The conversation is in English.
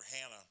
Hannah